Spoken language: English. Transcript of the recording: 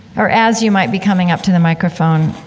or as you might be coming up to the microphone,